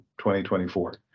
2024